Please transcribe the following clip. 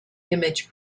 image